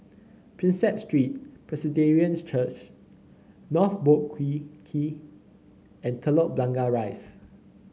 Prinsep Street Presbyterian Church North Boat Quay Key and Telok Blangah Rise